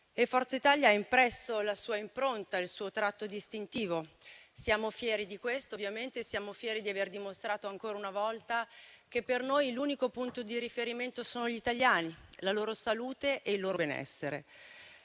Forza Italia ha impresso la sua impronta e il suo tratto distintivo. Siamo fieri di questo, ovviamente, e siamo fieri di aver dimostrato, ancora una volta, che per noi l'unico punto di riferimento sono gli italiani, la loro salute e il loro benessere.